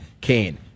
Kane